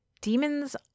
Demons